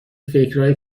فکرایی